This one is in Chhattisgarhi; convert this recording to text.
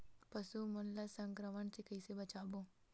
पशु मन ला संक्रमण से कइसे बचाबो?